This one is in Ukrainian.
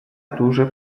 дуже